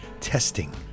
testing